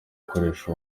gukoresha